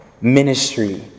ministry